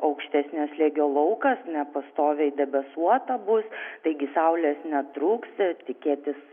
aukštesnio slėgio laukas nepastoviai debesuota bus taigi saulės netruks ir tikėtis